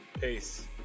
Peace